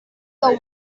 your